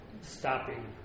stopping